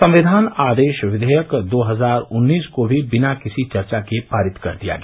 संक्विान आदेश विधेयक दो हजार उन्नीस को भी बिना किसी चर्चा के पारित कर दिया गया